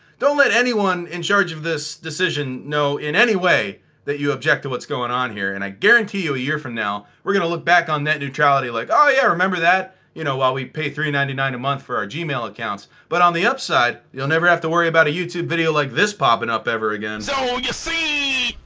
don't let anyone in charge of this decision know in any way that you object to what's going on here and i guarantee you a year from now we're gonna look back on net neutrality like oh, yeah remember that? you know, while we pay three point nine nine dollars a month for our gmail accounts. but on the upside you'll never have to worry about a youtube video like this popping up ever again. so you see.